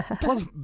Plus